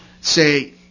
Say